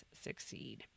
succeed